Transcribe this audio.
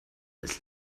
als